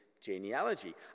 genealogy